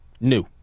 New